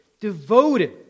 devoted